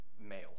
male